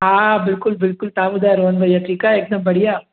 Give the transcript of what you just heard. हा बिल्कुलु बिल्कुलु तव्हां ॿुधायो रोहन भइया ठीकु आहे एकदम बढ़िया